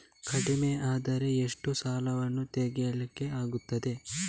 ಕಡಿಮೆ ಅಂದರೆ ಎಷ್ಟು ಸಾಲವನ್ನು ತೆಗಿಲಿಕ್ಕೆ ಆಗ್ತದೆ?